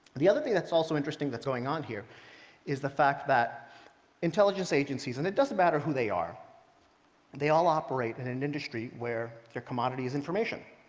the other thing that's also interesting that's going on here is the fact that intelligence agencies and it doesn't matter who they are they all operate in an industry where their commodity is information,